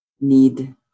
need